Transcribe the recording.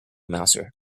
mouser